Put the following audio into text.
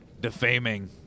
defaming